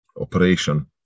operation